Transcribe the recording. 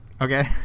Okay